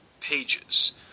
pages